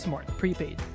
Prepaid